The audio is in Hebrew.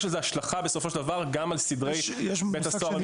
בסופו של דבר יש לזה השלכה גם על סדרי בית הסוהר.